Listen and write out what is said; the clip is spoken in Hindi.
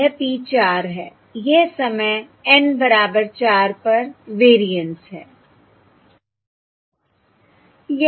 यह P 4 है यह समय N बराबर 4 पर वेरिएंस है